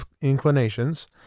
inclinations